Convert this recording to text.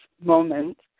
moment